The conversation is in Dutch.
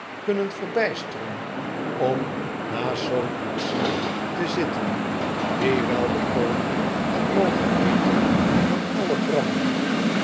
kunnen verbijsteren om naast zoo'n koetsier te zitten die wel de koning had mogen heeten van alle brammen